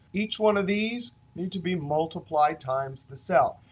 each one of these needs to be multiplied times the cell.